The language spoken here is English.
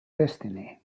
destiny